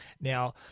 Now